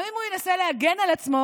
גם אם הוא ינסה להגן על עצמו,